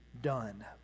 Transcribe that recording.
done